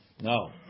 No